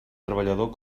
treballador